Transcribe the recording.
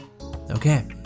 Okay